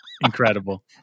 Incredible